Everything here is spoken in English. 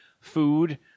food